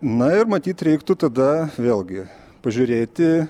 na ir matyt reiktų tada vėlgi pažiūrėti